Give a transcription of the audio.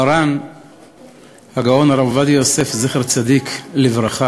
מרן הגאון הרב עובדיה יוסף, זכר צדיק לברכה,